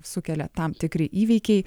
sukelia tam tikri įvykiai